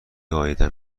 عایدم